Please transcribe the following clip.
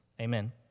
amen